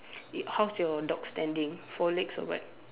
eh how's your dog standing four legs or what